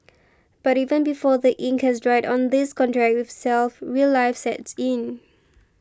but even before the ink has dried on this contract with self real life sets in